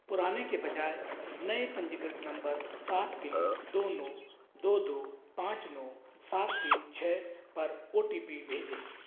पुराने के बजाय नए पंजीकृत नंबर सात तीन दो नौ दो दो पाँच नौ सात तीन छ पर ओ टी पी भेजें